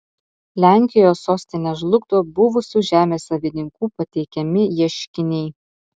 lenkijos sostinę žlugdo buvusių žemės savininkų pateikiami ieškiniai